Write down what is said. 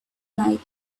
night